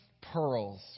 pearls